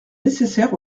nécessaires